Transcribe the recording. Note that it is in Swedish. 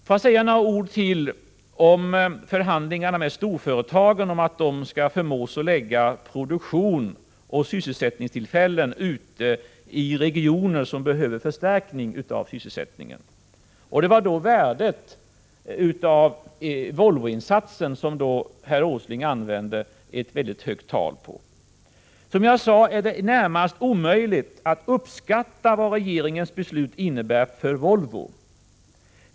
Får jag säga några ord till om förhandlingarna med storföretagen om att de skall förmås att förlägga produktion och sysselsättningstillfällen ute i regioner som behöver förstärkning av sysselsättningen. När det gäller Volvoinsatsen nämnde herr Åsling ett mycket högt tal. Som jag sade är det närmast omöjligt att uppskatta vad regeringens beslut innebär för Volvo.